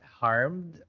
harmed